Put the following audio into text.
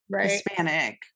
hispanic